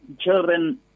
children